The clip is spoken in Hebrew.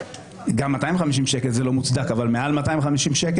גם 250 שקל זה לא מוצדק אבל מעל 250 שקל,